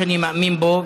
שאני מאמין בו,